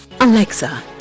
Alexa